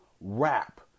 rap